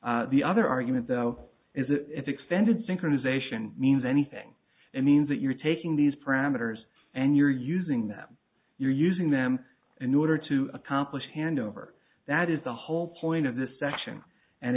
them the other argument though is that if extended synchronization means anything it means that you're taking these parameters and you're using them you're using them in order to accomplish handover that is the whole point of this section and